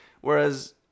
whereas